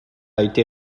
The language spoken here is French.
été